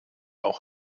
auch